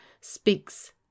speaks